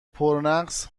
پرنقص